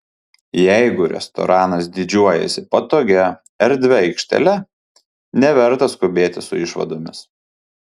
jeigu restoranas didžiuojasi patogia erdvia aikštele neverta skubėti su išvadomis